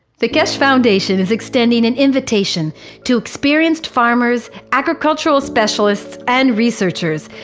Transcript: the keshe foundation is extending an invitation to experienced farmers, agricultural specialists, and researchers,